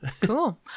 Cool